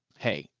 hey,